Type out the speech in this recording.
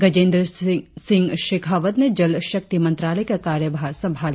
गजेंद्र सिंह शेखावत ने जल शक्ति मंत्रालय का कार्यभार संभाला